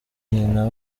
nyina